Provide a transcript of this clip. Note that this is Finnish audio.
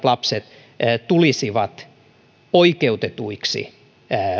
lapset tulisivat oikeutetuiksi